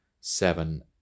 seven